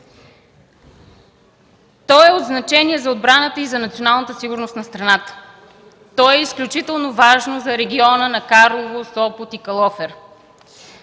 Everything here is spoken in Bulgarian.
То е от значение за отбраната и националната сигурност на страната. То е изключително важно за региона на Карлово, Сопот и Калофер.